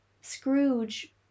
Scrooge